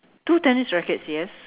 two tennis rackets yes